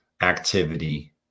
activity